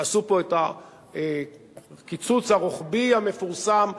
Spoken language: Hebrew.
ועשו פה את הקיצוץ הרוחבי המפורסם,